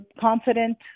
confident